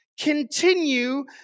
continue